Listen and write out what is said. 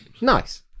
Nice